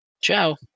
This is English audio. Ciao